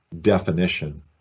definition